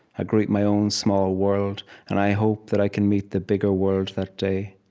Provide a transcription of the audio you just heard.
i greet my own small world and i hope that i can meet the bigger world that day.